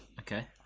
Okay